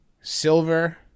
Silver